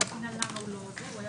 13:00.